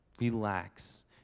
relax